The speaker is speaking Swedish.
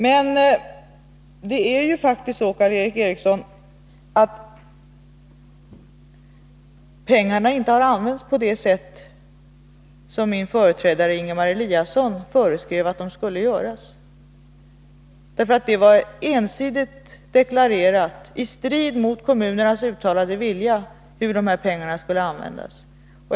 Men det är faktiskt så, Karl Erik Eriksson, att pengarna inte har använts på det sätt som min företrädare Ingemar Eliasson föreskrev att de skulle användas på. Det deklarerades ensidigt, i strid mot kommunernas uttalade vilja, hur dessa pengar skulle användas.